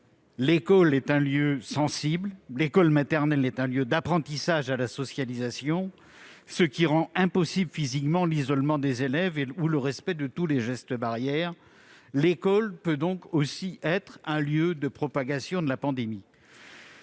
L'école est un lieu sensible. L'école maternelle, en particulier, est un lieu d'apprentissage de la socialisation, ce qui rend impossible, physiquement, l'isolement des élèves ou le respect de tous les gestes barrières. L'école peut donc être aussi un lieu de propagation de la pandémie.